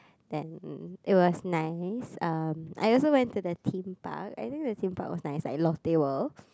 then um it was nice um I also went to the Theme Park I think the Theme Park was nice like Lotte-World